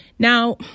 Now